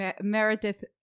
Meredith